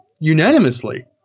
unanimously